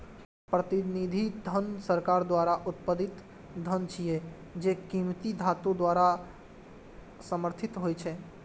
प्रतिनिधि धन सरकार द्वारा उत्पादित धन छियै, जे कीमती धातु द्वारा समर्थित होइ छै